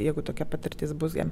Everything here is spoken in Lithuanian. jeigu tokia patirtis bus jam